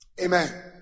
Amen